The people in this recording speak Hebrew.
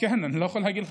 כן, אני לא יכול להגיד לך.